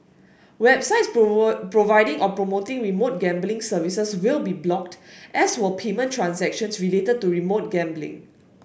websites providing or promoting remote gambling services will be blocked as will payment transactions related to remote gambling